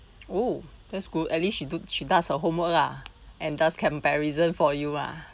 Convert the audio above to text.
oh that's good at least she do she does her homework lah and does comparison for you ah